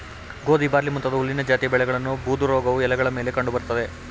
ಗೋಧಿ ಬಾರ್ಲಿ ಮುಂತಾದ ಹುಲ್ಲಿನ ಜಾತಿಯ ಬೆಳೆಗಳನ್ನು ಬೂದುರೋಗವು ಎಲೆಗಳ ಮೇಲೆ ಕಂಡು ಬರ್ತದೆ